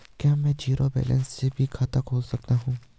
क्या में zero balance से भी खाता खोल सकता हूँ?